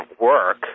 work